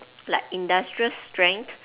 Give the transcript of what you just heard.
like industrial strength